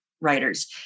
writers